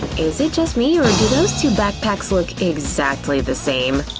is it just me or do those two backpacks look exactly the same?